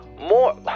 More